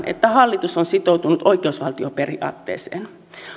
että hallitus on sitoutunut oikeusvaltioperiaatteeseen